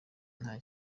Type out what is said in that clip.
nta